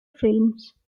films